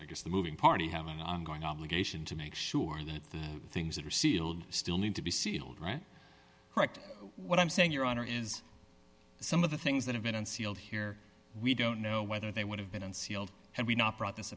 i guess the moving party have an ongoing obligation to make sure that the things that are sealed still need to be sealed right correct what i'm saying your honor is some of the things that have been unsealed here we don't know whether they would have been unsealed had we not brought this